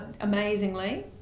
amazingly